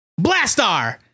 Blastar